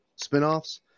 spinoffs